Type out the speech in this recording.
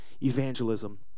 Evangelism